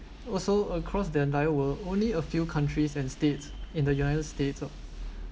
also across the entire world only a few countries and state in the united states